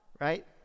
right